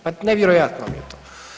Pa nevjerojatno mi je to.